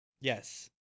Yes